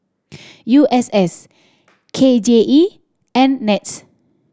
U S S K J E and NETS